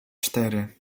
cztery